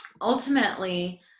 ultimately